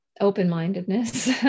Open-mindedness